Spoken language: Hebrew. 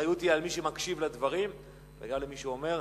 האחריות היא על מי שמקשיב לדברים וגם על מי שאומר.